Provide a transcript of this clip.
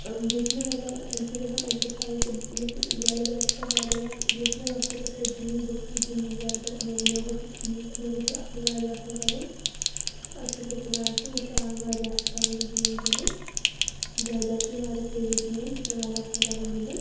اۭں بیٚیہِ چھُ مےٚ مطلب اَمہِ سۭتۍ گژھان ایٚگزرسایز تہِ مےٚ چھُ جالہِ بیٹ چھُ مےٚ واریاہ یَتھ یہِ اوس مےٚ لۄکٹہِ پٮ۪ٹھٔے ڈرٛیٖم بہٕ گٔژھٕس گِنٛدٕنۍ جالہِ بیٹ مےٚ گوٚژھ یہِ ٹھیٖک مےٚ گوٚژھ یہِ اصٕل واریاہ اصٕل لَگُن ٲں شکر خۄدایَس کُن مےٚ چھُ آز واریاہ اصٕل تَگان یہِ گیم گِنٛدٕنۍ جالہِ بیٹ چھِ مےٚ واریاہ فیورِٹ گیم یہِ چھِ مےٚ واریاہ اصٕل تَگان گِنٛدٕنۍ